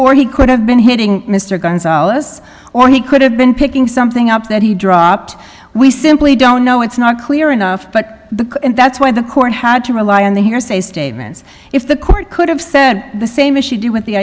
or he could have been hitting mr gonzales or he could have been picking something up that he dropped we simply don't know it's not clear enough but that's why the court had to rely on the hearsay statements if the court could have said the same as she do with the